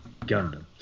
gundam